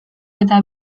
eta